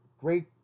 great